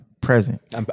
present